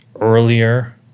earlier